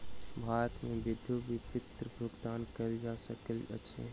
भारत मे विद्युत विपत्र भुगतान कयल जा सकैत अछि